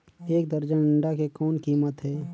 एक दर्जन अंडा के कौन कीमत हे?